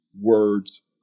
words